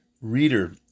reader